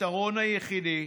הפתרון היחידי,